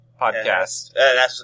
podcast